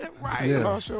Right